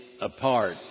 apart